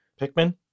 Pikmin